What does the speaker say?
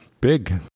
big